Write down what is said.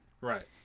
Right